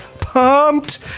pumped